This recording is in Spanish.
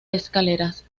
escaleras